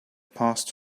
passed